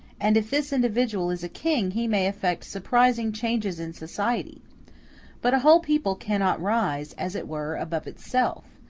and if this individual is a king he may effect surprising changes in society but a whole people cannot rise, as it were, above itself.